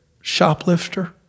shoplifter